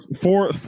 four